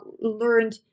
learned